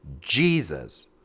Jesus